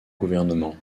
gouvernement